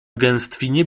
gęstwinie